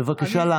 בבקשה להמשיך.